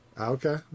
Okay